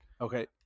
Okay